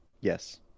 Yes